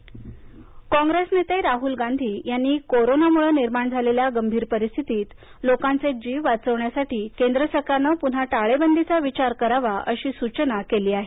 राहल पत्र कॉंग्रेस नेते राहुल गांधी यांनी कोरोनामुळं निर्माण झालेल्या गंभीर परिस्थितीत लोकांचे जीव वाचवण्यासाठी केंद्र सरकारनं टाळेबंदीचा विचार करावा अशी सूचना केली आहे